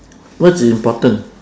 what's important